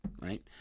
right